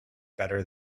better